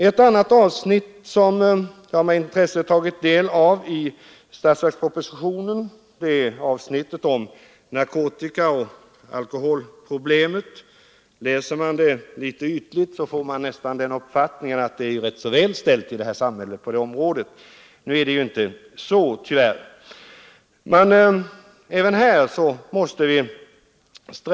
Ett annat avsnitt som jag med intresse har tagit del av i statsverkspropositionen är avsnittet som gäller narkotikaoch alkoholproblemet. Om man läser statsverkspropositionen litet ytligt kan man få den uppfattningen att det är ganska väl ställt i samhället på det området, men tyvärr är det inte så.